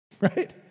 Right